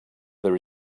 there